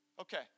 Okay